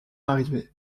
arrivé